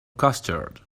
custard